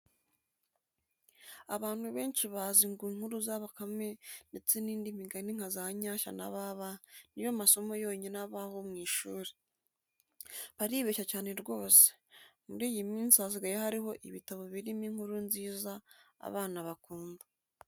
Abantu benshi bazi ngo inkuru za bakame ndetse n'indi migani nka za nyashya na baba ni yo masomo yonyine abaho mu ishuri. Baribeshya cyane rwose! Muri iyi minsi hasigaye hariho ibitabo birimo inkuru nziza abana bakunda.